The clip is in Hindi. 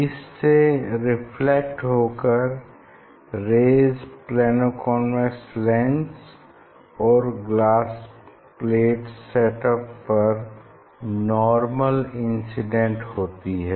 इससे रिफ्लेक्ट होकर रेज़ प्लेनो कॉन्वेक्स लेंस और ग्लास प्लेट सेट अप पर नॉर्मल इंसिडेंट होती हैं